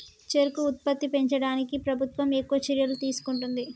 చెరుకు ఉత్పత్తి పెంచడానికి ప్రభుత్వం ఎక్కువ చర్యలు తీసుకుంటుంది